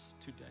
today